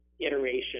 iteration